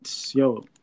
Yo